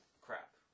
Crap